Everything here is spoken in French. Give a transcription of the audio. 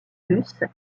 russe